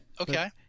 Okay